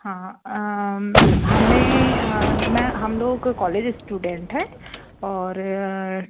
हाँ हमें मैं हम लोग कॉलेज स्टूडेंट हैं और